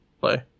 play